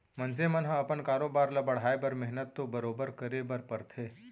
मनसे मन ह अपन कारोबार ल बढ़ाए बर मेहनत तो बरोबर करे बर परथे